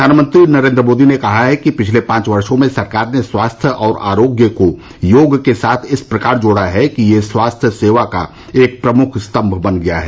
प्रधानमंत्री नरेंद्र मोदी ने कहा है कि पिछले पांच वर्षो में सरकार ने स्वास्थ्य और आरोग्य को योग के साथ इस प्रकार जोड़ा है कि यह स्वास्थ्य सेवा का एक प्रमुख स्तम्भ बन गया है